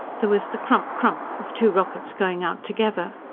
there was the crump-crump of two rockets going out together.